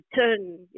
turn